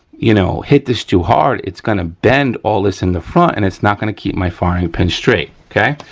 you know, hit this too hard it's gonna bend all this in the front and it's not gonna keep my firing pin straight, okay.